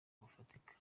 bufatika